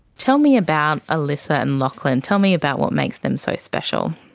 tell me about alyssa and lachlan, tell me about what makes them so special.